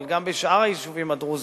אבל גם בשאר היישובים הדרוזיים,